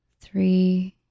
three